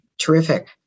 terrific